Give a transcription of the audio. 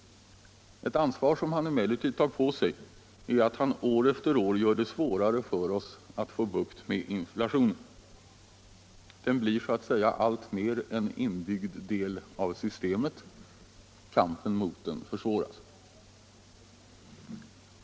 Ett ansvar som han emellertid tar på sig är att han år efter år gör det svårare för oss att få bukt med inflationen. Denna blir så att säga alltmer en inbyggd del i systemet. Kampen mot den försvåras.